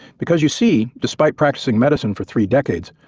because you see despite practicing medicine for three decades,